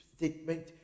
statement